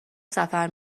سفر